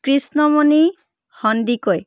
Krishnamoni Sandikoi